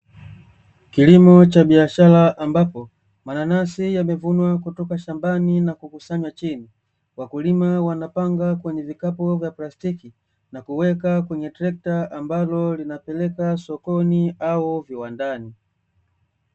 Kilimo cha biashara ambapo mananasi yamevunwa kutoka shambani na kukusanywa chini, wakulima wanapanga kwenye vikapu vya plastiki na kuweka kwenye trekta ambalo linapeleka sokoni au viwandani.